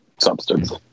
substance